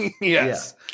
Yes